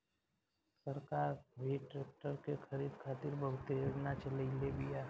सरकार भी ट्रेक्टर के खरीद खातिर बहुते योजना चलईले बिया